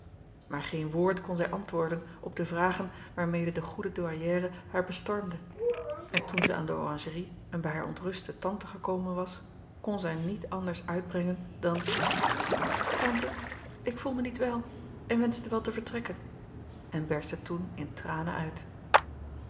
aar geen woord kon zij antwoorden op de vragen waarmede de goede ouairière haar bestormde en toen zij aan de oranjerie en bij haar ontruste tante gekomen was kon zij niet anders uitbrengen dan ante ik voel mij niet wel en wenschte wel te vertrekken en berstte toen in tranen uit